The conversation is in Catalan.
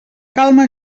calma